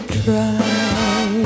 try